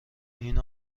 این